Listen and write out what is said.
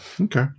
okay